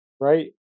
Right